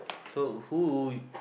so who